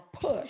push